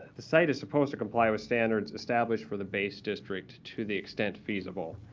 the site is supposed to comply with standards established for the base district to the extent feasible.